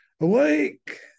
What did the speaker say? awake